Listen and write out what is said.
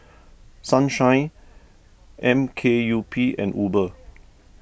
Sunshine M K U P and Uber